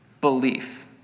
belief